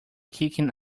kicking